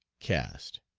caste.